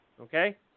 Okay